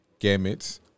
gametes